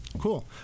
Cool